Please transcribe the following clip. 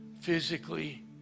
physically